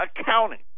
accounting